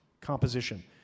composition